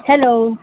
hello